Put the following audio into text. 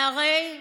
והרי,